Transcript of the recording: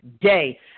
day